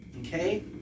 Okay